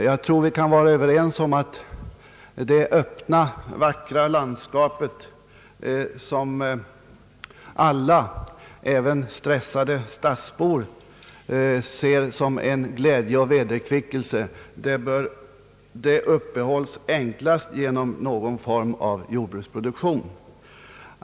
Jag tror vi kan vara överens om att det öppna och vackra landskap, som alla även stressade stadsbor — ser som en glädje och vederkvickelse, enklast uppehålles genom någon form av jordbruksproduktion.